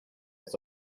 was